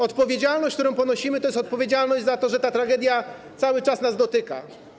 Odpowiedzialność, którą ponosimy, to jest odpowiedzialność za to, że ta tragedia cały czas nas dotyka.